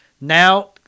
Now